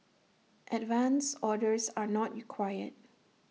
advance orders are not required